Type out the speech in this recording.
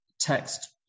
text